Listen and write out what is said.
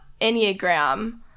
Enneagram